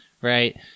Right